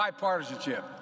bipartisanship